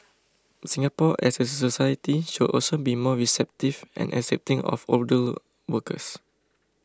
Singapore as a society should also be more receptive and accepting of older workers